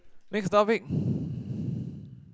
next topic